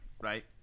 right